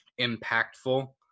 impactful